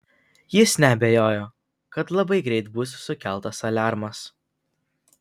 jis neabejojo kad labai greit bus sukeltas aliarmas